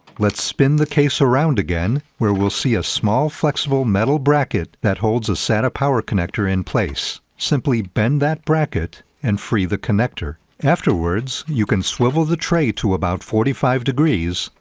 let's spin the case around again, where we'll see a small flexible metal bracket that holds a sata power connector in place. simply bend that bracket and free the connector. afterwards, you can swivel the tray to about forty five degrees,